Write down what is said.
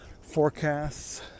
forecasts